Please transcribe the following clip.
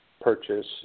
purchase